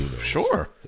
Sure